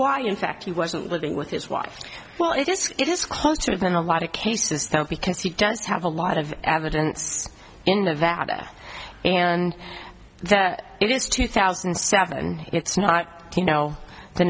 why in fact he wasn't living with his wife well it just it is closer than a lot of cases because he does have a lot of evidence in nevada and that it is two thousand and seven it's not you know t